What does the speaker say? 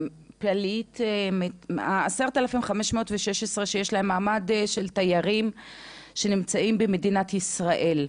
פליט --- אותם 10,516 שיש להם מעמד של תיירים שנמצאים במדינת ישראל,